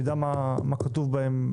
שנדע מה כתוב בהם.